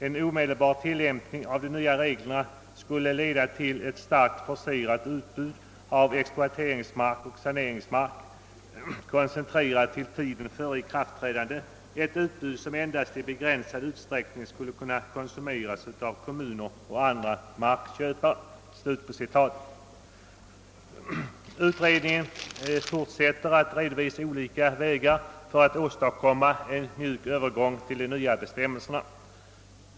En omedelbar tillämpning av de nya reglerna skulle kunna leda till ett starkt forcerat utbud av exploateringsmark och saneringsmark, koncentrerat till tiden före ikraftträdandet, ett utbud som endast i begränsad u'sträckning skulle kunna konsumeras av kommuner och andra markköpare.» Utredningen fortsätter att redovisa olika vägar för att åstadkomma en mjuk övergång till de nya bestämmelserna.